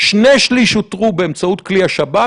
שני שלישים אותרו באמצעות כלי השב"כ